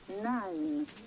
Nine